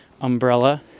umbrella